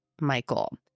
Michael